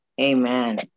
Amen